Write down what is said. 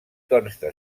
consta